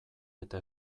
eta